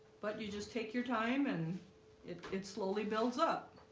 but you just take your time and it it slowly builds up